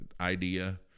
idea